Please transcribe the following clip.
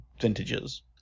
vintages